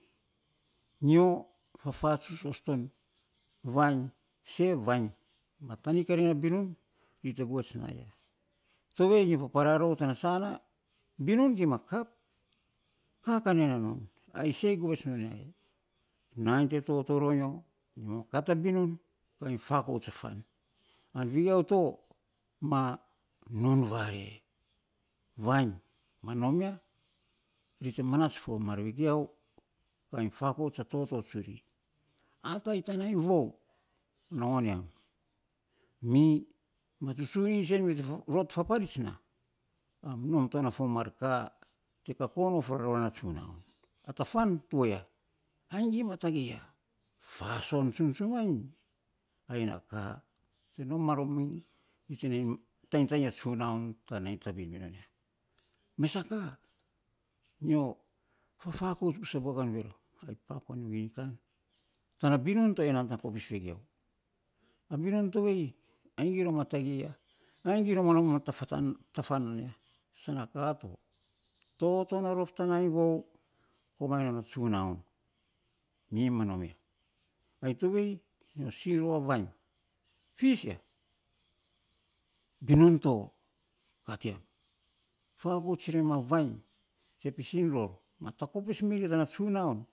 Nyo fafatsuts osto vainy se vainy ma tanik arina binun ri te gevets na ya, tovei nyo paparaa rou tanasana binun gima kap, ka kan me na non ai sei govets non ya e nainy te toto ro nyo kat a binun kai fakout a fan an vigiau to ma nun vare vainy ma nom yari te manats fo mar vigiau kainy fakouts a toto tsuri. Atai tan nainy vou nogon yam mi ma tsuntsun isen mi te faparits na, an nom toma fo mare ka te kakoun of rora na tsunaun a ta fan tua ya, iny gima tagei ya, faosn tsun tsumainy, ai na ka te nom varomi, mi te nainy tainy tainy a tsunaun tan nainy tabin mi non ya, mes sa ka nyo. Fafakouts bus a bogenvil an papua niu gini kan, tana binun to aya tan kopis vigiau, a binun tovei iny gimroma tagei ya nom on ta fatan, san na ka to, toto na rof tan nainy vou komainy non e tsunaun yi ma nom ya, ai tovei nyo sing rou a vaviny fiis ta binun to kat yam fakouts ir yam a vainy te pisir ror matakopis mi ri tana tsunaun.